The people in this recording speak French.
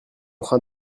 train